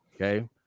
okay